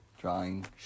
drawing